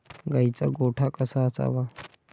गाईचा गोठा कसा असावा?